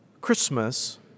Christmas